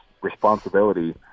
responsibility